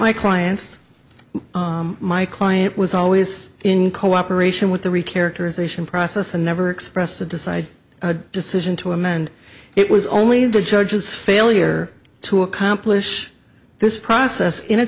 my client's my client was always in cooperation with the recorders ation process and never expressed to decide a decision to amend it was only the judge's failure to accomplish this process in a